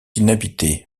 inhabitée